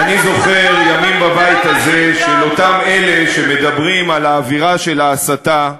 כי אני זוכר ימים בבית הזה של אותם אלה שמדברים על האווירה של ההסתה,